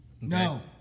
No